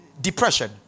depression